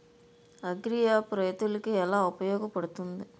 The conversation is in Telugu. అగ్రియాప్ రైతులకి ఏలా ఉపయోగ పడుతుంది?